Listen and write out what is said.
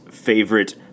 favorite